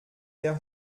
der